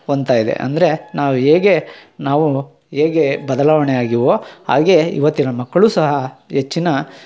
ಹೊಂದ್ತಾಯಿದೆ ಅಂದರೆ ನಾವು ಹೇಗೆ ನಾವು ಹೇಗೆ ಬದಲಾವಣೆಯಾಗಿವೋ ಹಾಗೇ ಇವತ್ತಿನ ಮಕ್ಕಳು ಸಹ ಹೆಚ್ಚಿನ